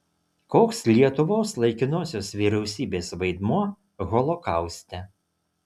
koks lietuvos laikinosios vyriausybės vaidmuo holokauste